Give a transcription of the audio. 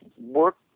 work